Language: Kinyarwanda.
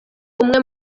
umwe